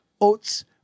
oats